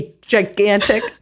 Gigantic